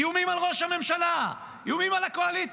איומים על ראש הממשלה, איומים על הקואליציה,